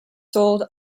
sold